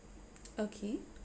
okay